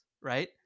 right